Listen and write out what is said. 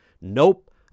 nope